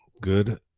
Good